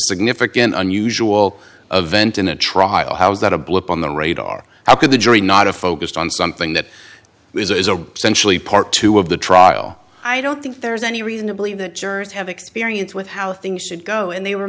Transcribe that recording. significant unusual event in a trial how is that a blip on the radar how could the jury not a focused on something that is a centrally part two of the trial i don't think there's any reason to believe that jurors have experience with how things should go and they were